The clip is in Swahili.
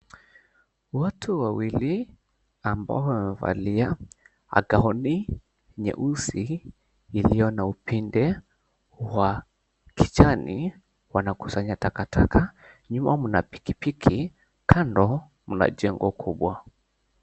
Watu wawili ambao wamevalia gown nyeusi iliyo na upinde wa kichwani, wanakusanya takataka, nyuma mna pikipiki kando mna jengo kubwa.